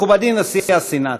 מכובדי נשיא הסנאט,